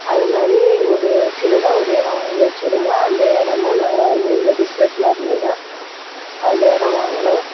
அதுமாதிரி ஒரு சின்னதாக ஒரு இடம் வாங்கி வெச்சுருந்தோம் அந்த இடமும் நாங்கள் வந்து இந்த பிஸ்னஸில் இருந்து தான் அந்த இடம் வாங்கினோம்